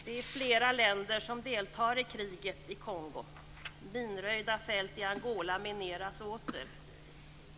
Det är flera länder som deltar i kriget i Kongo. Minröjda fält i Angola mineras åter.